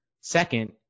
Second